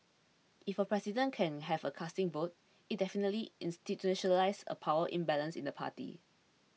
if a president can have a casting vote it definitely institutionalises a power imbalance in the party